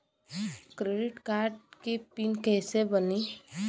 Credit card के PIN कैसे बनी?